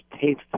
taste